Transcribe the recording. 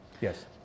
Yes